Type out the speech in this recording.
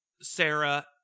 Sarah